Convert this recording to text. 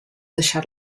deixar